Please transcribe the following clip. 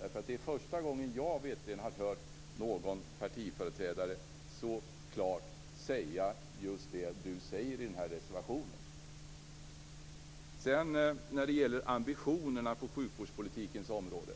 Detta är första gången som jag har hört någon partiföreträdare så klart säga just det som Kenneth Johansson säger i sin reservation. När det gäller ambitionerna på sjukvårdspolitikens område